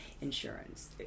insurance